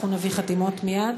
אנחנו נביא חתימות מייד.